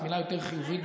זו מילה יותר חיובית,